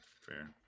fair